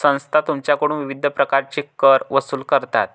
संस्था तुमच्याकडून विविध प्रकारचे कर वसूल करतात